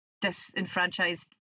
disenfranchised